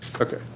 Okay